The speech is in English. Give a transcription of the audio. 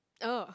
ugh